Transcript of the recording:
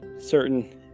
certain